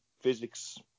physics